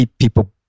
people